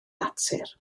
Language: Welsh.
natur